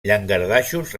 llangardaixos